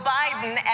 Biden